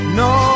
no